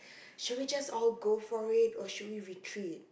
should we just all go for it or should we retreat